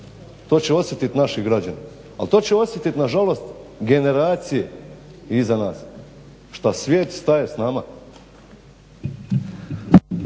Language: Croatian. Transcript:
to će osjetit naši građani, al to će osjetit nažalost generacije iza nas, šta svijet staje s nama?